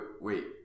Wait